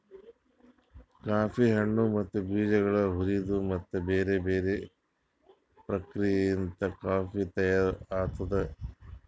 coffee ಹಣ್ಣು ಮತ್ತ ಬೀಜಗೊಳ್ ಹುರಿದು ಮತ್ತ ಬ್ಯಾರೆ ಬ್ಯಾರೆ ಪ್ರಕ್ರಿಯೆಲಿಂತ್ ಕಾಫಿ ತೈಯಾರ್ ಆತ್ತುದ್